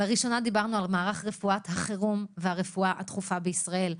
לראשונה דיברנו על מערך רפואת החירום והרפואה הדחופה בישראל.